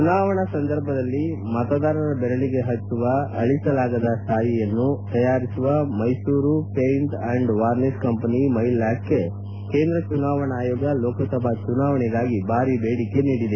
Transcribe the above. ಚುನಾವಣಾ ಸಂದರ್ಭದಲ್ಲಿ ಮತದಾರರ ಬೆರಳಗೆ ಪಟ್ಲಿವ ಅಳಿಸಲಾಗದ ಶಾಯಿಯನ್ನು ತಯಾರಿಸುವ Mysuru paint and varnish company ಮೈ ಲ್ಲಾಕ್ಗೆ ಕೇಂದ್ರ ಚುನಾವಣಾ ಆಯೋಗ ಲೋಕಸಭಾ ಚುನಾವಣೆಗಾಗಿ ಭಾರೀ ದೇಡಿಕೆಯನ್ನು ನೀಡಿದೆ